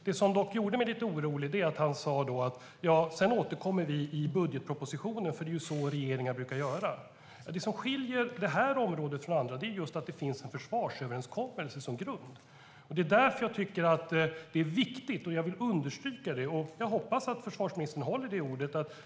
Det som dock gjorde mig lite orolig var att han sa att de skulle återkomma i budgetpropositionen, för det är så regeringar brukar göra. Men det som skiljer detta område från andra är att det finns en försvarsöverenskommelse som grund. Det är därför jag tycker att det är viktigt, och jag vill understryka det. Jag hoppas att försvarsministern håller ord.